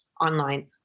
online